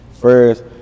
First